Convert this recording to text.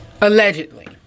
Allegedly